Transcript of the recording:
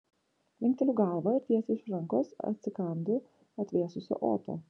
linkteliu galvą ir tiesiai iš rankos atsikandu atvėsusio oto